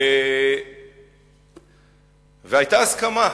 והיתה הסכמה.